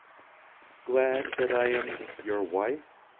glad that i am your wife?